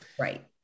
right